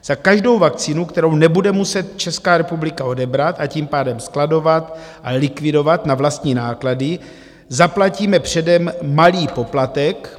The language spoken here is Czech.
Za každou vakcínu, kterou nebude muset Česká republika odebrat, a tím pádem skladovat a likvidovat na vlastní náklady, zaplatíme předem malý poplatek.